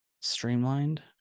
streamlined